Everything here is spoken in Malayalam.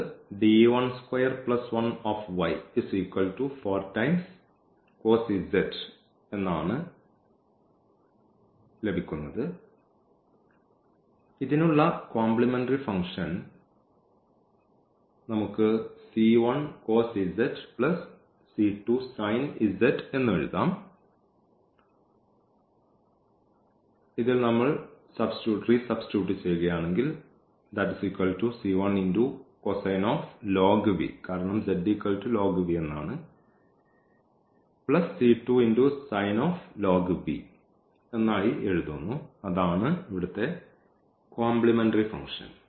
അത് ആണ് ഇതിനുള്ള കോംപ്ലിമെന്ററി ഫംഗ്ഷൻ അതാണ് കോംപ്ലിമെന്ററി ഫംഗ്ഷൻ